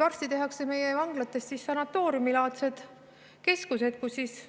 Varsti tehakse meie vanglatest sanatooriumilaadsed keskused, kus,